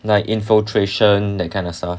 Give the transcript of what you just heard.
like infiltration that kind of stuff